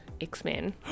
X-Men